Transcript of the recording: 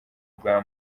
bwa